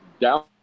down